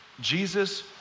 Jesus